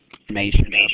information